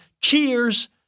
Cheers